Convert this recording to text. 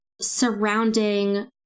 surrounding